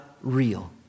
real